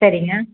சரிங்க